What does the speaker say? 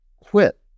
quit